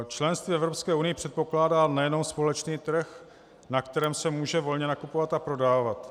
Členství v Evropské unii předpokládá nejenom společný trh, na kterém se může volně nakupovat a prodávat.